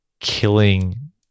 Killing